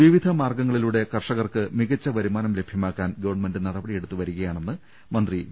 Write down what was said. വൈവിധ്യമാർഗങ്ങളിലൂടെ കർഷകർക്ക് മികച്ച വരുമാനം ലഭ്യമാക്കാൻ ഗവൺമെന്റ് നടപടിയെടുത്തുവരികയാണെന്ന് മന്ത്രി വി